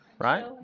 Right